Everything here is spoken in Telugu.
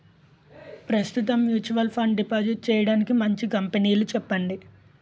ప్రస్తుతం మ్యూచువల్ ఫండ్ డిపాజిట్ చేయడానికి మంచి కంపెనీలు చెప్పండి